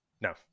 no